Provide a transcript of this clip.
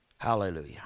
Hallelujah